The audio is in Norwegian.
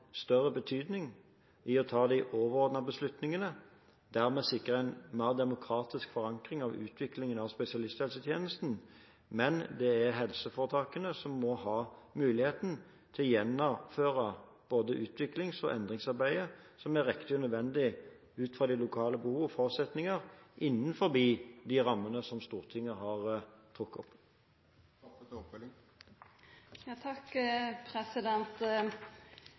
større betydning når det gjelder å ta de overordnede beslutningene, der vi er sikret en mer demokratisk forankring av utviklingen av spesialisthelsetjenesten. Men det er helseforetakene som må ha muligheten til å gjennomføre både utviklings- og endringsarbeidet som er riktig og nødvendig ut fra lokale behov og forutsetninger, innenfor de rammene som Stortinget har trukket opp.